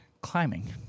climbing